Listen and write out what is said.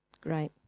Great